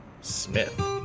Smith